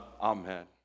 Amen